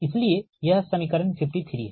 इसलिए यह समीकरण 53 है